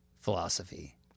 philosophy